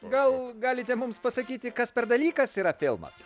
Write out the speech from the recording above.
gal galite mums pasakyti kas per dalykas yra filmas